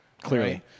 Clearly